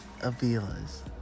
Avila's